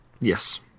Yes